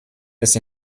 ist